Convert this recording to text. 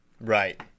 Right